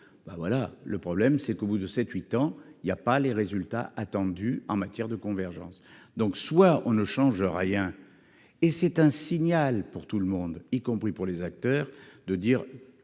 ben voilà le problème c'est qu'au bout de 7 8 ans il y a pas les résultats attendus en matière de convergence donc soit on ne change rien et c'est un signal pour tout le monde y compris pour les acteurs de dire